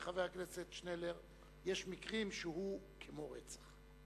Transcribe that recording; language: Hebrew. חבר הכנסת שנלר, יש מקרים שהוא כמו רצח.